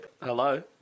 Hello